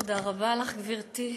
תודה רבה לך, גברתי.